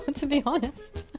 but so be honest!